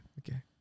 Okay